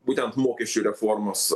būtent mokesčių reformos